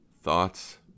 thoughts